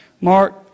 Mark